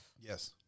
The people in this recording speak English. Yes